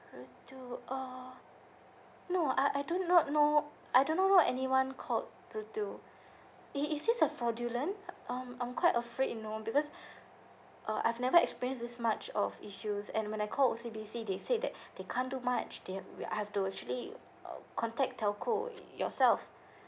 rutu uh no uh I do not know I do not know anyone called rutu is is this a fraudulent um I'm quite afraid you know because uh I've never experienced this much of issues and when I called O_C_B_C they said that they can't do much they I have to actually uh contact telco yourself